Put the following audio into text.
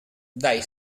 dai